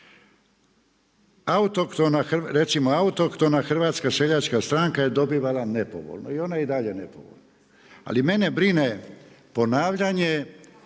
Autohtona hrvatska seljačka stranka je dobivala nepovoljno i ona je i dalje nepovoljna. Ali mene brine ponavljanje